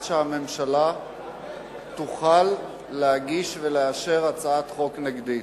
שהממשלה תוכל להגיש ולאשר הצעת חוק נגדית.